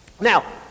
Now